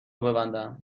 ببندم